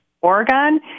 Oregon